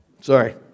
Sorry